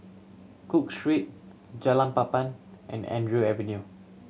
Cook Street Jalan Papan and Andrew Avenue